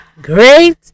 Great